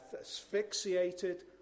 asphyxiated